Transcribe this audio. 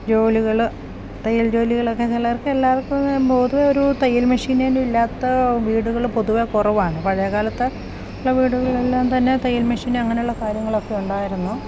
ജോലികള് തയ്യൽ ജോലികളൊക്കെ ചിലർക്ക് എല്ലാവർക്കും പൊതുവേ ഒരു തയ്യൽ മെഷീനൊന്നും ഇല്ലാത്ത വീടുകള് പൊതുവേ കുറവാണ് പഴയകാലത്തെ വീടുകളെല്ലാം തന്നെ തയ്യൽ മെഷീൻ അങ്ങനെ ഉള്ള കാര്യങ്ങളൊക്കെ ഉണ്ടായിരുന്നു